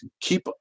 keep